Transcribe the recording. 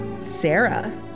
Sarah